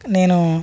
నేనూ